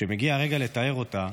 כשמגיע הרגע לתאר אותה,